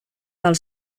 del